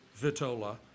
Vitola